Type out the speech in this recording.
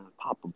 pop